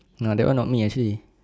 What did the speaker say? no that one not me actually